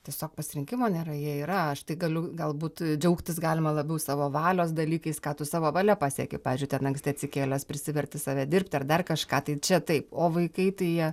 tiesiog pasirinkimo nėra jie yra aš tai galiu galbūt džiaugtis galima labiau savo valios dalykais ką tu savo valia pasieki pavyzdžiui ten anksti atsikėlęs prisiverti save dirbti ar dar kažką tai čia taip o vaikai tai jie